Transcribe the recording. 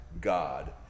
God